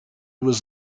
was